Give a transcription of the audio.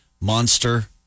monster